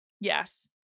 Yes